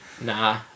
Nah